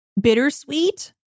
bittersweet